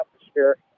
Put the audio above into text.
atmosphere